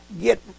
get